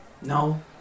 No